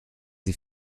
sie